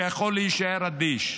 שיכול להישאר אדיש.